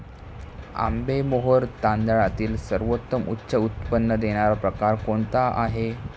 आंबेमोहोर तांदळातील सर्वोत्तम उच्च उत्पन्न देणारा प्रकार कोणता आहे?